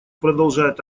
продолжает